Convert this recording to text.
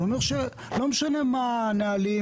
זה אומר שלא משנה מה הנהלים,